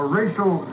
racial